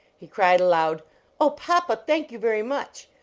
he cried aloud oh, papa! thank you very much.